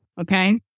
Okay